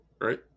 Right